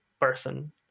person